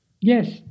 yes